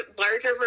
larger